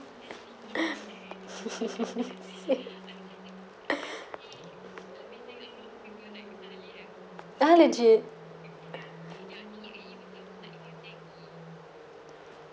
!huh! legit